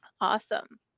awesome